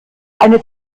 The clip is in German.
eine